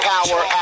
Power